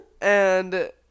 and-